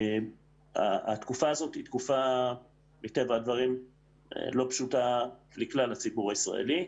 מטבע הדברים התקופה הזאת היא תקופה לא פשוטה לכלל הציבור הישראלי.